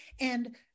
And-